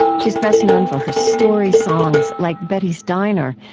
she's best known for her story-songs like betty's diner,